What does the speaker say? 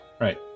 Right